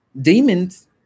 Demons